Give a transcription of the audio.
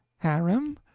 harem?